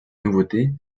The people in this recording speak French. nouveauté